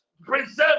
preserve